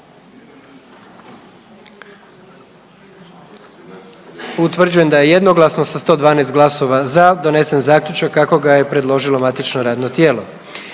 Utvrđujem da je jednoglasno sa 112 glasova za donesen zaključak kako ga je predložilo matično radno tijelo.